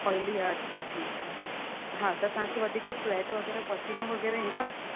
oily आहे अच्छा ठीकु आहे हा त तव्हांखे वधीक स्वैट वग़ैरह पसीनो वग़ैरह ईंदो आहे